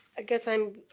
ah guess i'm.